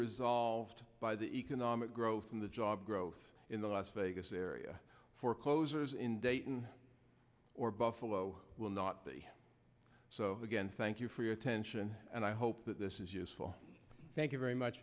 resolved by the economic growth in the job growth in the las vegas area foreclosures in dayton or buffalo will not be so again thank you for your attention and i hope that this is useful you very much